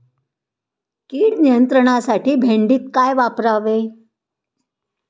कीड नियंत्रणासाठी भेंडीत काय वापरावे?